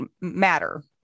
matter